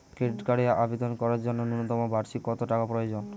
Credit কার্ডের আবেদন করার জন্য ন্যূনতম বার্ষিক কত টাকা প্রয়োজন?